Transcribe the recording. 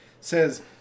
says